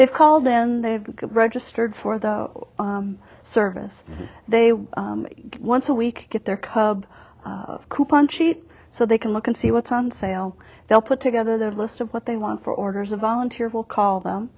they've called then they've got registered for the service they once a week get their cub coupon sheet so they can look and see what's on sale they'll put together the list of what they want for orders a volunteer will call them